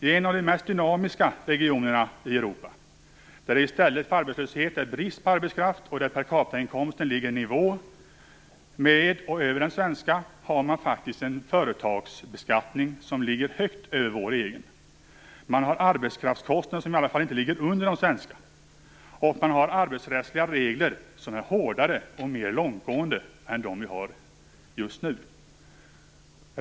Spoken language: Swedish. I en av de mest dynamiska regionerna i Europa, där det i stället för arbetslöshet råder brist på arbetskraft och där per capita-inkomsten ligger i nivå med och över den svenska, har man faktiskt en företagsbeskattning som ligger högt över vår egen. Man har arbetskraftskostnader som i alla fall inte ligger under de svenska, och man har arbetsrättsliga regler som är hårdare och mer långtgående än de vi har just nu.